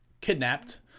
kidnapped